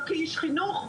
לא כאיש חינוך.